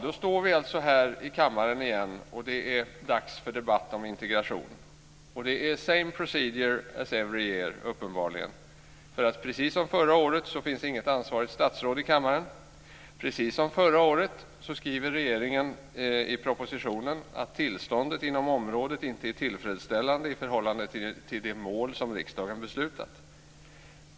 Då står vi alltså här i kammaren igen, och det är dags för debatt om integration. Och det är uppenbarligen same procedure as every year. Precis som förra året finns det inte något ansvarigt statsråd i kammaren. Precis som förra året skriver regeringen i propositionen att tillståndet inom området inte är tillfredsställande i förhållande till de mål som riksdagen beslutat.